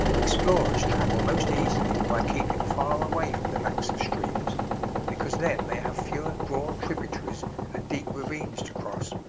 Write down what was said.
explorers travel most easily by keeping far away from the banks of streams because then they have fewer broad tributaries and deep ravines to cross.